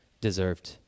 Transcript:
deserved